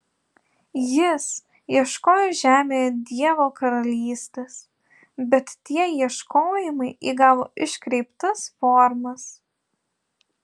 jis ieškojo žemėje dievo karalystės bet tie ieškojimai įgavo iškreiptas formas